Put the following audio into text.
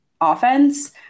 offense